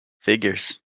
figures